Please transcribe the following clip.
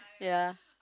ya